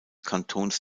kantons